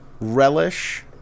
Relish